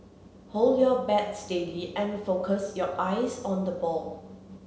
hold your bat steady and focus your eyes on the ball